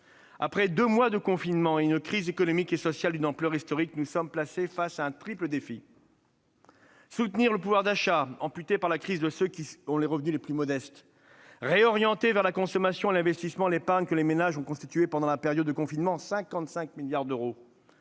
Après deux mois de confinement et une crise économique et sociale d'une ampleur historique, nous sommes placés face à un triple défi : soutenir le pouvoir d'achat amputé par la crise de ceux qui ont les revenus les plus modestes ; réorienter vers la consommation et l'investissement l'épargne que les ménages ont constituée pendant la période de confinement- 55 milliards d'euros